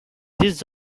this